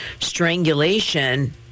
strangulation